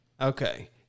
Okay